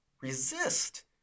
resist